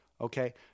okay